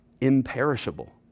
imperishable